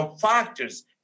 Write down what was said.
factors